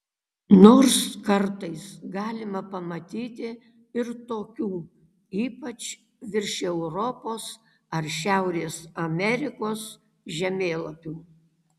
nors kartais galima pamatyti ir tokių ypač virš europos ar šiaurės amerikos žemėlapių